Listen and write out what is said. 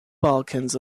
balkans